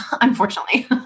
unfortunately